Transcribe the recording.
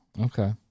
okay